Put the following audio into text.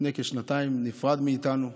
לפני כשנתיים הוא נפרד מאיתנו,